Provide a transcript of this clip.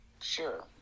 Sure